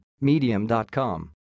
medium.com